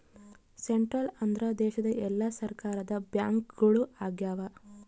central ಅಂದ್ರ ದೇಶದ ಎಲ್ಲಾ ಸರ್ಕಾರದ ಬ್ಯಾಂಕ್ಗಳು ಆಗ್ಯಾವ